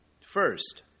first